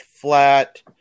flat